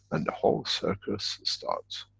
and the whole circus starts.